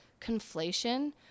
conflation